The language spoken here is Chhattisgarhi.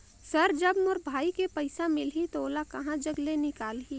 सर जब मोर भाई के पइसा मिलही तो ओला कहा जग ले निकालिही?